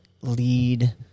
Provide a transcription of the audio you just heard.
lead